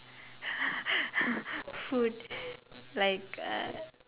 food like uh